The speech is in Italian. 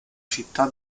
città